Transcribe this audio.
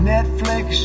Netflix